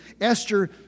Esther